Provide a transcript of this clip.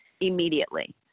immediately